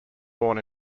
born